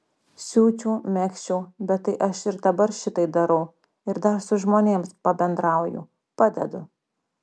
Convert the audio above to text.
siūčiau megzčiau bet tai aš ir dabar šitai darau ir dar su žmonėms pabendrauju padedu